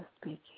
speaking